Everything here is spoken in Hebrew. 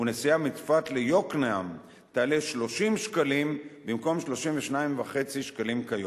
ונסיעה מצפת ליוקנעם תעלה 30 שקלים במקום 32.5 שקלים כיום.